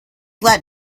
led